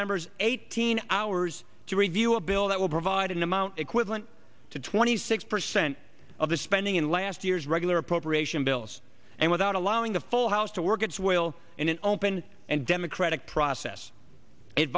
members eighteen hours to review a bill that will provide an amount equivalent to twenty six percent of the spending in last year's regular appropriation bills and without allowing the full house to work its way in an open and democratic process it